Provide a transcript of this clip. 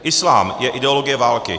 Islám je ideologie války.